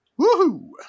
Woohoo